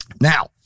Now